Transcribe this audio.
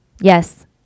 Yes